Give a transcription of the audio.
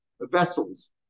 vessels